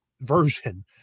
version